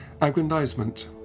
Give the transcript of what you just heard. aggrandizement